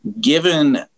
given